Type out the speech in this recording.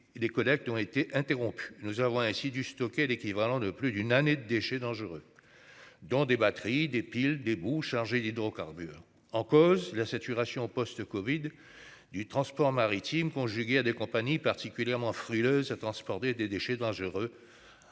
des collègues qui ont été interrompues. Nous avons ainsi dû stocker l'équivalent de plus d'une année de déchets dangereux. Dont des batteries et des piles des boues chargées d'hydrocarbures en cause la saturation post-Covid du transport maritime conjugué à des compagnies particulièrement frileuse à transporter des déchets dangereux.